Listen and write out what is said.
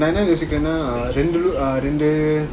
okay நான்என்னயோசிக்கிறேனாரெண்டு:nan enna yosikirena rendu